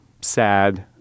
sad